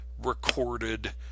recorded